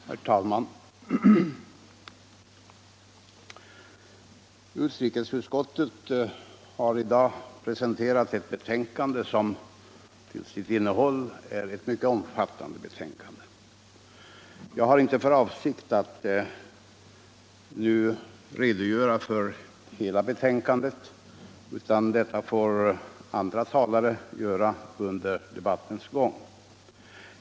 Herr talman! Utrikesutskottet har i dag presenterat ett betänkande som till sitt innehåll är mycket omfattande. Jag har inte för avsikt att nu redogöra för hela betänkandet. Det får andra talare göra under debattens gång.